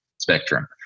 spectrum